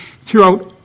throughout